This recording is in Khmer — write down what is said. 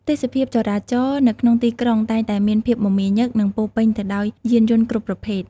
ទេសភាពចរាចរណ៍នៅក្នុងទីក្រុងតែងតែមានភាពមមាញឹក និងពោរពេញទៅដោយយានយន្តគ្រប់ប្រភេទ។